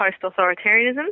post-authoritarianism